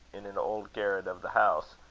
in an old garret of the house,